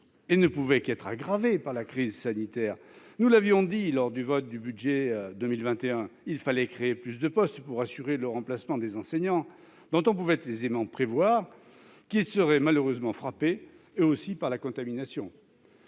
et ne pouvait qu'être aggravé par la crise sanitaire. Nous l'avions dit lors du vote du budget 2021 : il fallait créer plus de postes pour assurer le remplacement des enseignants dont on pouvait aisément prévoir qu'ils seraient malheureusement frappés eux aussi par la contamination.